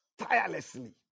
tirelessly